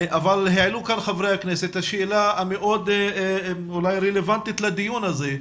אבל העלו כאן חברי הכנסת את השאלה המאוד רלוונטית לדיון הזה.